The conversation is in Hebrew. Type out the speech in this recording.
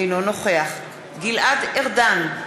אינו נוכח גלעד ארדן,